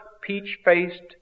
peach-faced